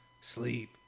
Sleep